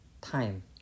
time